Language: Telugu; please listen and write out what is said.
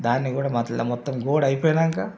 దానికి కూడా మధ్యలో మొత్తం గోడ అయిపోయినాక